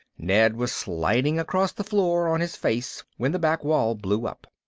ned was sliding across the floor on his face when the back wall blew up.